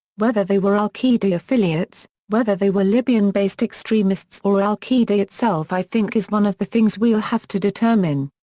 whether they were al qaeda affiliates, whether they were libyan-based extremists or al qaeda itself i think is one of the things we'll have to determine.